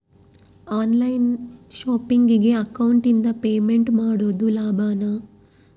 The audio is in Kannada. ಆನ್ ಲೈನ್ ಶಾಪಿಂಗಿಗೆ ಅಕೌಂಟಿಂದ ಪೇಮೆಂಟ್ ಮಾಡೋದು ಲಾಭಾನ?